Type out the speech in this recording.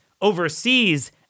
overseas